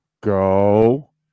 Go